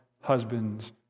husbands